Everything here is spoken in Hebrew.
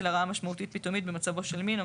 שמורות טבע,